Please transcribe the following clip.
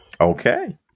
Okay